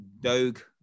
Doge